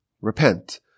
repent